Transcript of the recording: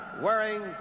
wearing